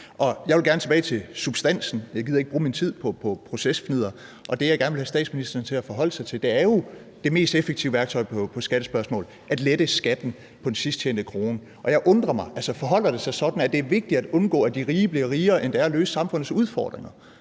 Jeg vil gerne tilbage til substansen, for jeg gider ikke bruge min tid på procesfnidder, og det, jeg gerne vil have statsministeren til at forholde sig til, er jo det mest effektive værktøj i skattespørgsmål, nemlig at lette skatten på den sidst tjente krone. Jeg undrer mig: Forholder det sig sådan, at det er vigtigere at undgå, at de rige bliver rigere, end det er at løse samfundets udfordringer?